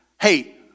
hey